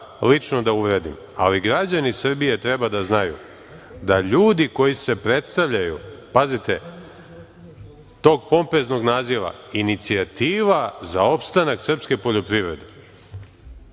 lično da uvredim, ali građani Srbije treba da znaju da ljudi koji se predstavljaju tog pompeznog naziva „ Inicijativa za opstanak srpske poljoprivrede“,